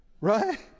Right